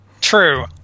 True